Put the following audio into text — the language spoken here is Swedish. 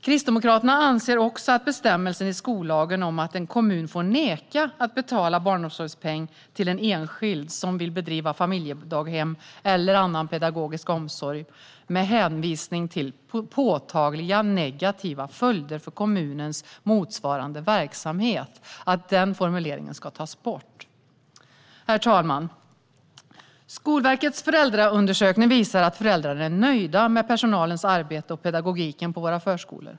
Kristdemokraterna anser också att formuleringen i bestämmelsen i skollagen om att en kommun får neka att betala barnomsorgspeng till en enskild som vill bedriva familjedaghem eller annan pedagogisk omsorg med hänvisning till påtagliga negativa följder för kommunens motsvarande verksamhet ska tas bort. Herr talman! Skolverkets föräldraundersökning visar att föräldrar är nöjda med personalens arbete och pedagogiken på våra förskolor.